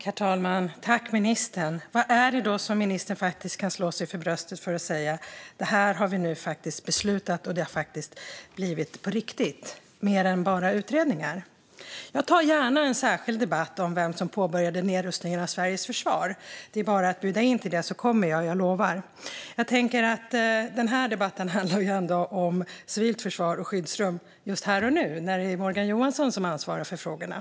Herr talman! Jag tackar ministern för detta. Vad är det som ministern faktiskt kan slå sig för bröstet för och säga: Det här har vi nu faktiskt beslutat om, och det har faktiskt blivit på riktigt - mer än bara utredningar? Jag tar gärna en särskild debatt om vem som påbörjade nedrustningen av Sveriges försvar. Det är bara att bjuda in till det så kommer jag. Jag lovar. Denna debatt handlar ändå om civilt försvar och skyddsrum just här och nu när det är Morgan Johansson som ansvarar för frågorna.